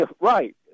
right